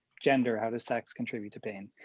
gender, how does sex contribute to pain,